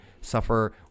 suffer